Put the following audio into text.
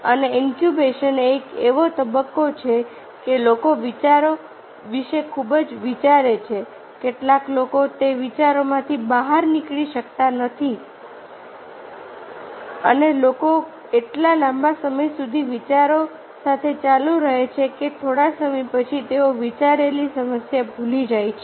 અને ઇન્ક્યુબેશન એ એક એવો તબક્કો છે કે લોકો વિચારો વિશે ખૂબ જ વિચારે છે કેટલાક લોકો તે વિચારોમાંથી બહાર નીકળી શકતા નથી અને લોકો એટલા લાંબા સમય સુધી વિચારો સાથે ચાલુ રહે છે કે થોડા સમય પછી તેઓ વિચારેલી સમસ્યા ભૂલી જાય છે